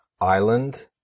island